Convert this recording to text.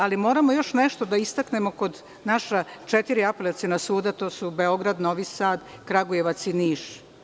Ali, moramo još nešto da istaknemo kod naša četiri apelaciona suda, a to su Beograd, Novi Sad, Kragujevac i Niš.